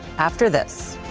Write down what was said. after this.